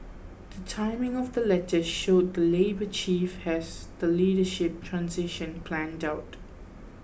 the timing of the letters showed that Labour Chief has the leadership transition planned out